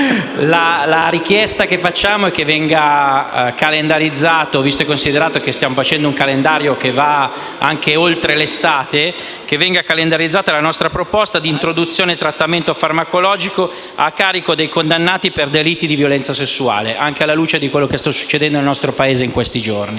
va anche oltre l'estate, è che venga calendarizzata la nostra proposta di introduzione del trattamento farmacologico a carico dei condannati per delitti di violenza sessuale, anche alla luce di quanto sta accadendo nel nostro Paese in questi giorni.